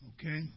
Okay